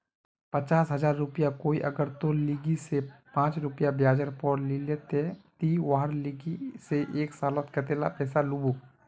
पचास हजार रुपया कोई अगर तोर लिकी से पाँच रुपया ब्याजेर पोर लीले ते ती वहार लिकी से एक सालोत कतेला पैसा लुबो?